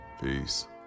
Peace